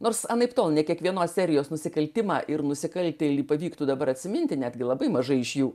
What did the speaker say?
nors anaiptol ne kiekvienos serijos nusikaltimą ir nusikaltėlį pavyktų dabar atsiminti netgi labai mažai iš jų